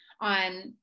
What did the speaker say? on